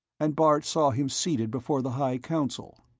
and bart saw him seated before the high council.